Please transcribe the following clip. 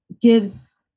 Gives